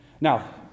Now